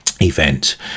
event